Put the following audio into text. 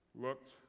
looked